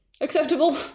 Acceptable